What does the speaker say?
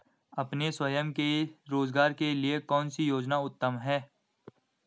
अपने स्वयं के रोज़गार के लिए कौनसी योजना उत्तम है?